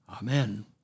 Amen